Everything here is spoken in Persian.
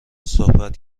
صحبت